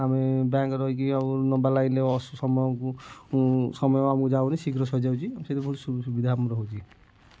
ଆମେ ବ୍ୟାଙ୍କ୍ ରେ ରହିକି ଆଉ ଲମ୍ବା ଲାଇନ୍ର ସମୟକୁ ସମୟ ଆମକୁ ଯାଉନି ଶୀଘ୍ର ସରି ଯାଉଛି ସେଟା ବହୁତ ସୁବିଧା ଆମର ହେଉଛି